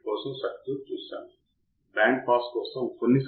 ఒకసారి ఈ ప్రత్యేకమైన మాడ్యూల్లో మరియు తదుపరి మాడ్యూల్లో మనం చూసినవి